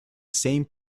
same